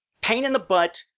pain-in-the-butt